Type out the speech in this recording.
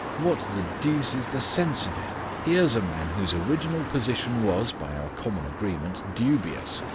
what the deuce is the sense of it? here's a man whose original position was, by our common agreement, dubious.